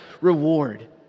reward